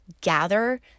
gather